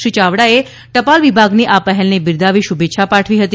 શ્રી ચાવડાએ ટપાલ વિભાગની આ પહેલને બિરદાવી શુભેચ્છા પાઠવી હતી